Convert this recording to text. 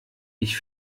ich